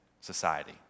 society